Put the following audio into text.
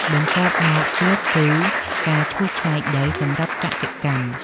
បន្ទាប់មកទៀតគឺ ការឈូសឆាយដីសម្រាប់កសិកម្ម។